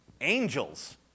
Angels